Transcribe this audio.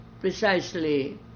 precisely